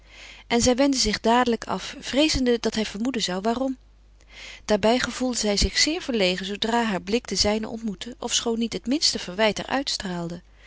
en zij wendde zich dadelijk af vreezende dat hij vermoeden zou waarom daarbij gevoelde zij zich zeer verlegen zoodra haar blik den zijne ontmoette ofschoon niet het minste verwijt